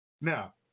Now